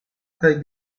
kaj